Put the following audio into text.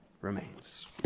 remains